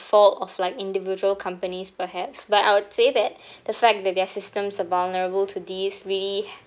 fault of like individual companies perhaps but I would say that the fact that their systems are vulnerable to these really